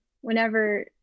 whenever